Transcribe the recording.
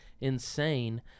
insane